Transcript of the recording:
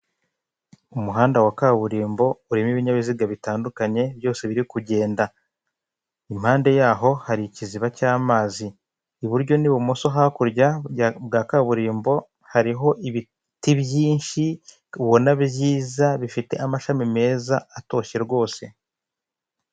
Umuhanda wa kaburimbo urimo ibinyabiziga bitandukanye byose biri kugenda. Impande yaho hari ikiziba cy'amazi. Iburyo n'ibumoso hakurya bwa kaburimbo hariho ibiti byinshi, ubona byiza bifite amashami meza, atoshye rwose.